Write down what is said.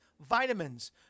vitamins